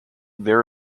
there